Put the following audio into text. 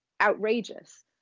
outrageous